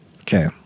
Okay